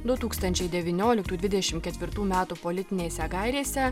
du tūkstančiai devynioliktų dvidešim ketvirtų metų politinėse gairėse